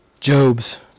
Job's